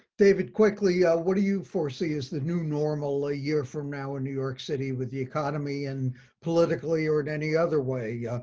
david quickly, what do you foresee as the new normal a year from now in new york city with the economy and politically or in any other way? yeah